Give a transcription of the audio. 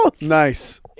nice